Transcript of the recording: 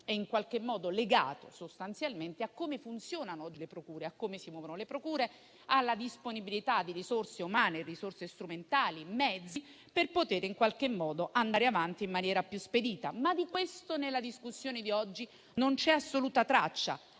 è, in qualche modo, legato a come funzionano oggi le procure, a come si muovono, alla disponibilità di risorse umane, di risorse strumentali e di mezzi per poter in qualche modo andare avanti in maniera più spedita. Ma di questo nella discussione di oggi non c'è nessuna traccia;